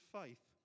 faith